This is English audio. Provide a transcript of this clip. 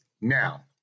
Now